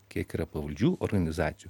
kiek yra pavaldžių organizacijų